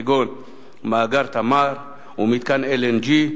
כגון מאגר "תמר" ומתקן LNG,